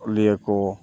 ᱞᱤᱭᱟᱹ ᱠᱚ